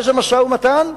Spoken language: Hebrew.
איזה משא-ומתן?